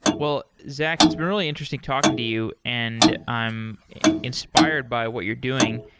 well, zach, it's been really interesting talking to you, and i am inspired by what you're doing.